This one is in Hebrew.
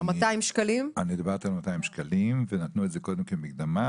אני דיברתי על 200 שקלים ונתנו את זה קודם כמקדמה,